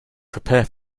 prepare